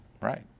right